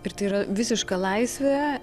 ir tai yra visiška laisvė